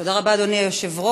תודה רבה, אדוני היושב-ראש.